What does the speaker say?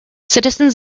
citizens